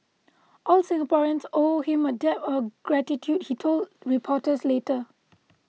all Singaporeans owe him a debt of gratitude he told reporters later